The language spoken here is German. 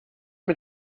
mit